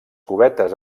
cubetes